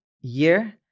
year